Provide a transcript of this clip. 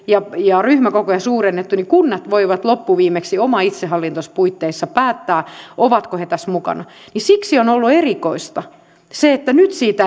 ja ja ryhmäkokoja suurennettu kunnat voivat loppuviimeksi oman itsehallintonsa puitteissa päättää ovatko he tässä mukana siksi on ollut erikoista se että nyt